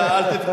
לא.